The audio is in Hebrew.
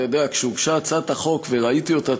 כשהוגשה הצעת החוק וראיתי אותה,